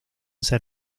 ser